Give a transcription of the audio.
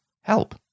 help